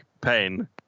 pain